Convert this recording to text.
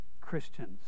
christians